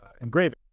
engraving